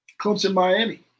Clemson-Miami